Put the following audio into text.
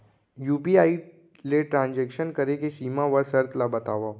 UPI ले transaction करे के सीमा व शर्त ला बतावव?